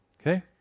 Okay